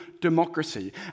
democracy